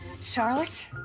Charlotte